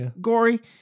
gory